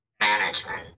management